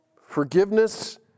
Forgiveness